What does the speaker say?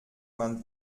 man